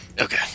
Okay